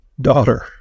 daughter